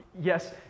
Yes